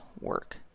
work